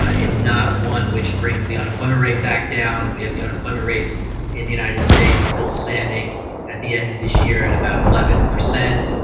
it's not one which brings the unemployment rate back down. we have the unemployment rate in the united states still standing at the end of this year at about eleven percent.